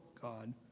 God